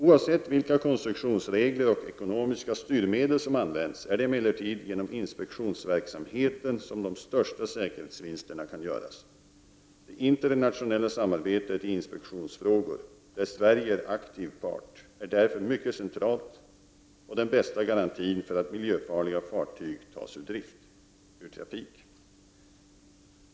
Oavsett vilka konstruktionsregler och ekonomiska styrmedel som används är det emellertid genom inspektionsverksamheten som de största säkerhetsvinsterna kan göras. Det internationella samarbetet i inspektionsfrågor, där Sverige är aktiv part, är därför mycket centralt och den bästa garantin för att miljöfarliga fartyg tas ur trafik.